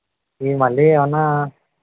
ఇవి మళ్ళీ ఏమన్నా